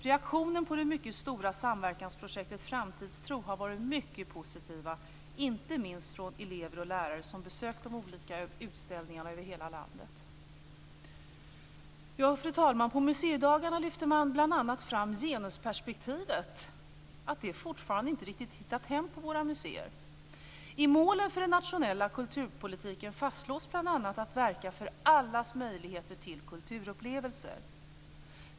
Reaktionerna på det mycket stora samverkansprojektet Framtidstro har varit mycket positiva, inte minst från elever och lärare som besökt de olika utställningarna i hela landet. Fru talman! På museidagarna lyfte man bl.a. fram att genusperspektivet fortfarande inte riktigt har hittat hem på våra museer. I målen för den nationella kulturpolitiken fastslås bl.a. att man ska verka för allas möjligheter till kulturupplevelser.